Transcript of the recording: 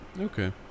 okay